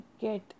get